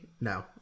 No